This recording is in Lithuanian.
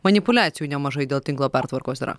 manipuliacijų nemažai dėl tinklo pertvarkos yra